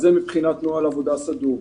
זה מבחינת נוהל עבודה סדור.